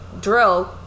drill